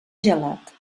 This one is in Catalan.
gelat